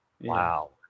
wow